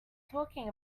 talking